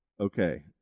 okay